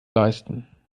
leisten